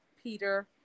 Peter